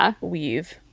weave